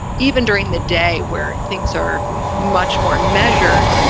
even during the day where things are much more measured,